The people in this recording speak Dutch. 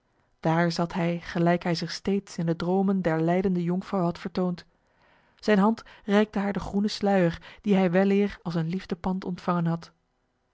daar zat hij gelijk hij zich steeds in de dromen der lijdende jonkvrouw had vertoond zijn hand reikte haar de groene sluier die hij weleer als een liefdepand ontvangen had